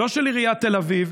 לא של עיריית תל אביב,